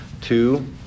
Two